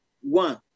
one